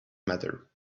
matter